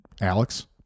Alex